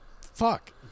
fuck